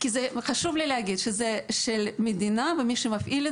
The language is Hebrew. חשוב לי להגיד שזה של המדינה ומפעילים